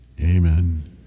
Amen